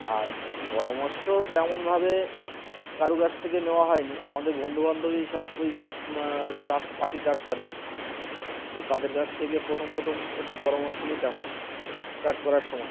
আর পরামর্শ তেমনভাবে কারো কাছ থেকে নেওয়া হয়নি আমাদের বন্ধুবান্ধবী সব ওই সব চাষ পাখি চাষ করে তো তাদের কাছ থেকে প্রথম প্রথম একটু পরামর্শ নিতাম স্টার্ট করার সময়